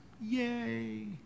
Yay